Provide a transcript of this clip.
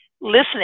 listening